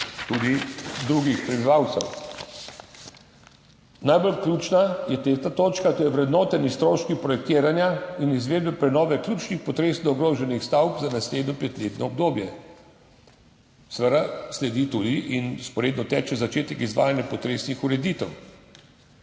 tudi drugih prebivalcev. Najbolj ključna je tretja točka, to so ovrednoteni stroški projektiranja in izvedbe prenove ključnih potresno ogroženih stavb za naslednje petletno obdobje. Seveda vzporedno teče začetek izvajanja potresnih ureditev.